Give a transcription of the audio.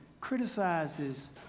criticizes